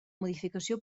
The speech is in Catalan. modificació